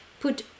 Put